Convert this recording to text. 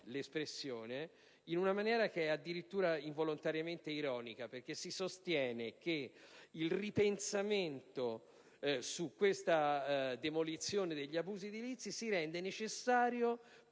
l'espressione - che è addirittura involontariamente ironica, perché si sostiene che il ripensamento sulla demolizione degli abusi edilizi si rende necessario